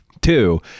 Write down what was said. two